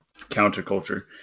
counterculture